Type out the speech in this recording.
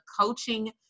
Coaching